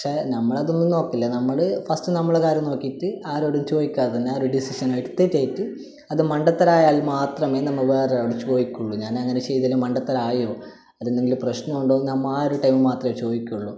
പക്ഷേ നമ്മളതൊന്നും നോക്കില്ല നമ്മൾ ഫസ്റ്റ് നമ്മളെ കാര്യം നോക്കിയിട്ട് ആരോടും ചോദിക്കാതെ തന്നെ ആ ഒരു ഡിസിഷൻ എടുത്ത് ചെയ്തിട്ട് അത് മണ്ടത്തരാമായാൽ മാത്രമേ നമ്മൾ വേറെ ഒരാളോട് ചോദിക്കുള്ളൂ ഞാൻ അങ്ങനെ ചെയ്തതിൽ മണ്ടത്തരമായോ അത് എന്തെങ്കിലും പ്രശ്നമുണ്ടോ എന്ന് നമ്മൾ ആ ഒരു ടൈംമിൽ മാത്രമേ ചോദിക്കുള്ളൂ